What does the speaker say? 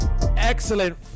Excellent